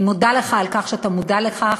אני מודה לך על כך שאתה מודע לכך.